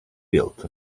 built